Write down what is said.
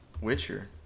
Witcher